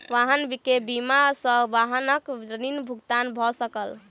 वाहन के बीमा सॅ वाहनक ऋण भुगतान भ सकल